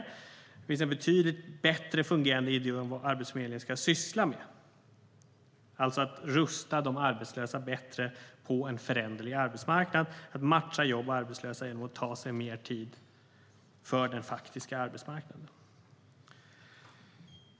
Det finns en betydligt bättre fungerande idé om vad Arbetsförmedlingen ska syssla med, alltså att rusta de arbetslösa bättre på en föränderlig arbetsmarknad och att matcha jobb och arbetslösa genom att ta mer tid för den faktiska arbetsmarknaden.